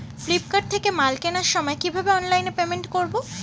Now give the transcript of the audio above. Flipkart থেকে মাল কেনার সময় কিভাবে অনলাইনে পেমেন্ট করব?